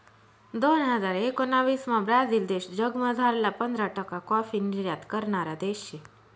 दोन हजार एकोणाविसमा ब्राझील देश जगमझारला पंधरा टक्का काॅफी निर्यात करणारा देश शे